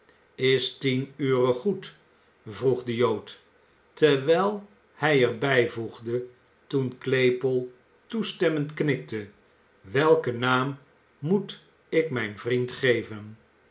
is tien ure goed vroeg de jood terwijl hij er bijvoegde toen claypole toestemmend knikte welken naam moet ik mijn vriend geven